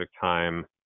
time